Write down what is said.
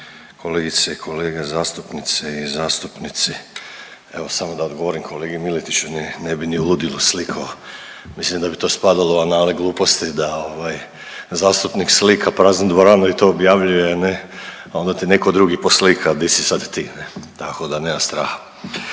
kolegice i kolege zastupnici i zastupnici evo samo da odgovorim kolegi Miletiću, ne bi ni u ludilu slikao, mislim da bi to spadalo u anale gluposti da ovaj zastupnik slika praznu dvoranu i to objavljuje ne, a onda ti neko drugi poslika di si sad ti ne, tako da nema straha.